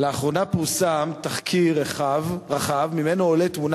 לאחרונה פורסם תחקיר רחב שממנו עולה תמונה